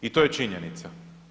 I to je činjenica.